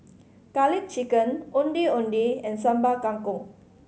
Garlic Chicken Ondeh Ondeh and Sambal Kangkong